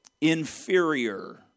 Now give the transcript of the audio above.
Inferior